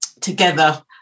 together